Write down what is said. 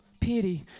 pity